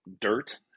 dirt